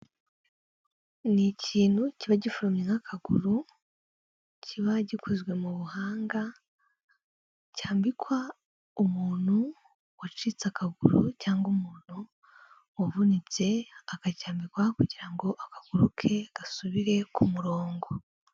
Ni ikintu kiba gifuramye n'akaguru kiba gikozwe mu buhanga, cyambikwa umuntu wacitse akaguru cyangwa umuntu wavunitse; akacyambikwa kugira ngo agaguru ke gasubire ku murongo.